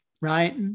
right